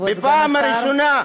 ופעם ראשונה,